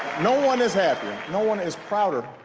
no one is happier, no one is prouder,